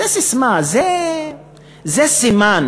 זו ססמה, זה סימן